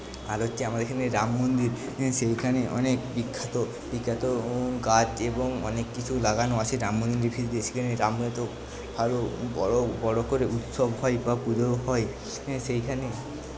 আর হচ্ছে আমাদের এখানে রামমন্দির সেইখানে অনেক বিখ্যাত বিখ্যাত গাছ এবং অনেক কিছু লাগানো আছে রামমন্দির সেখানে রাম ভালো বড়ো বড়ো করে উৎসব হয় বা পুজোও হয় সেইখানে